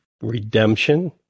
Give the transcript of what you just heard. redemption